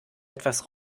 etwas